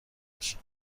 باشن